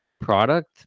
product